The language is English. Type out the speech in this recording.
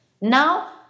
Now